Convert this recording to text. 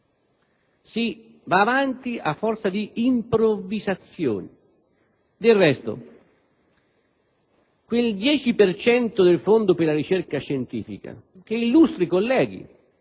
Si va avanti a forza di improvvisazioni (vedi il 10 per cento del Fondo per la ricerca scientifica cui illustri colleghi